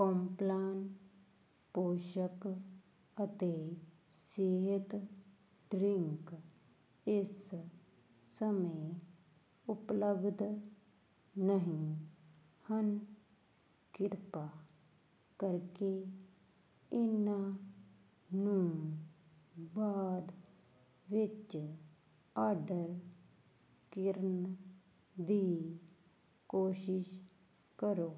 Complan ਪੋਸ਼ਕ ਅਤੇ ਸਿਹਤ ਡਰਿੰਕ ਇਸ ਸਮੇਂ ਉਪਲੱਬਧ ਨਹੀਂ ਹਨ ਕਿਰਪਾ ਕਰਕੇ ਇਹਨਾਂ ਨੂੰ ਬਾਅਦ ਵਿੱਚ ਆਰਡਰ ਕਰਨ ਦੀ ਕੋਸ਼ਿਸ਼ ਕਰੋ